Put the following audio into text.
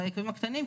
ביקבים הקטנים,